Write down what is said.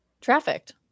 trafficked